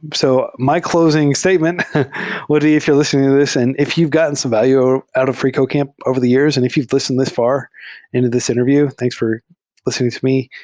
so my clos ing statement would be if you're lis tening to this and if you've gotten some value out of freecodecamp over the years and if you've lis tened this far into this interview, thanks for lis tening to me,